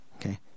Okay